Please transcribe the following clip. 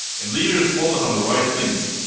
and leaders focus on the right things.